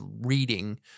reading